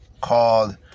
called